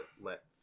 let